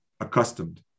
accustomed